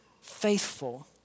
faithful